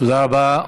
תודה רבה.